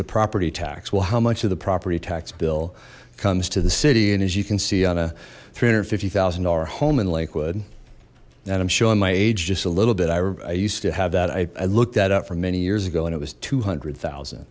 the property tax well how much of the property tax bill comes to the city and as you can see on a three hundred and fifty thousand dollar home in lakewood that i'm showing my age just a little bit i would have that i looked that up for many years ago and it was two hundred thousand